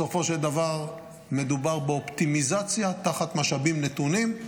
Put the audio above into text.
בסופו של דבר מדובר באופטימיזציה תחת משאבים נתונים,